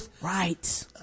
right